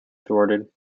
thwarted